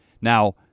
Now